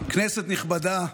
כנסת נכבדה,